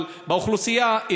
אבל באוכלוסייה,